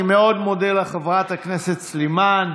אני מאוד מודה לך, חברת הכנסת סלימאן.